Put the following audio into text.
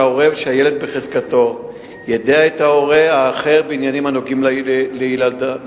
שההורה שהילד בחזקתו יידע את ההורה האחר בעניינים הנוגעים לילדם.